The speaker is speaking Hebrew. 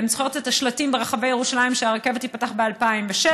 אני זוכרת את השלטים ברחבי ירושלים שהרכבת תיפתח ב-2006,